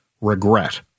regret